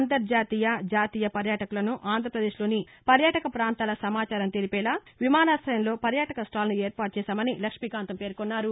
అంతర్జాతీయ జాతీయ పర్యాటకులకు ఆంధ్రప్రదేశ్లోని పర్యాటక పాంతాల సమాచారం తెలిపేలా విమానాశయంలో పర్యాటక స్టాల్ను ఏర్పాటు చేశామని లక్ష్మీకాంతం పేర్కొన్నారు